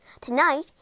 Tonight